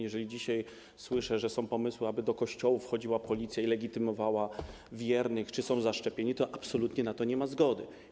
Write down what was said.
Jeżeli dzisiaj słyszę, że są pomysły, aby do kościołów wchodziła Policja i legitymowała wiernych, czy są zaszczepieni, to absolutnie na to nie ma zgody.